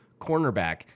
cornerback